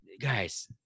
Guys